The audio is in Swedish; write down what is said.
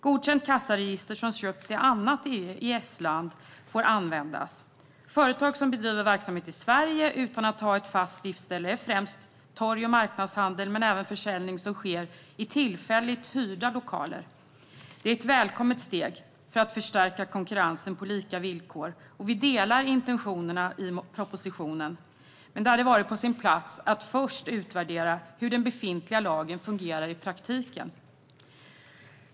Godkänt kassaregister som köpts i annat EES-land får användas. Företag som bedriver verksamhet i Sverige utan att ha ett fast driftställe är främst torg och marknadshandel men även försäljning som sker i tillfälligt hyrda lokaler. Det är ett välkommet steg för att förstärka konkurrensen på lika villkor, och vi delar intentionerna i propositionen. Men det hade varit på sin plats att först utvärdera hur den befintliga lagen fungerar i praktiken.